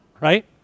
right